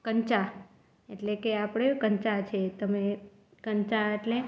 કંચા એટલે કે આપણે કંચા છે તમે કંચા એટલે